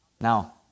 Now